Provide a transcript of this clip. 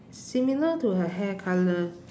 similar to her hair colour